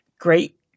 Great